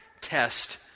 Test